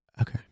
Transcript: Okay